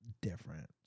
different